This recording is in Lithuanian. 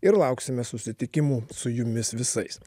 ir lauksime susitikimų su jumis visais